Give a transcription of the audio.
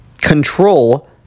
control